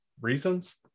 reasons